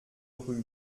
rue